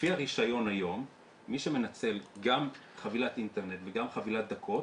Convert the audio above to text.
לפי הרישיון היום מי שמנצל גם חבילת אינטרנט וגם חבילת דקות